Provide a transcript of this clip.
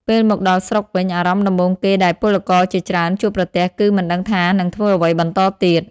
ពេលមកដល់ស្រុកវិញ អារម្មណ៍ដំបូងគេដែលពលករជាច្រើនជួបប្រទះគឺមិនដឹងថានឹងធ្វើអ្វីបន្តទៀត។